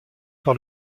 par